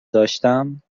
داشتم